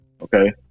Okay